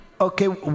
Okay